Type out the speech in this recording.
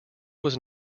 was